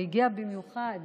שהגיע במיוחד